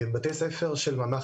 בתי ספר של ממ"ח,